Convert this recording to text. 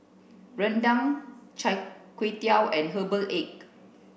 Rendang Chai Tow Kway and Herbal egg